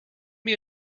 him